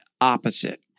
opposite